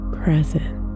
present